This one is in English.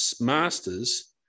masters